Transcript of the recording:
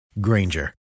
Granger